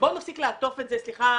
נפסיק לעטוף את זה במילים,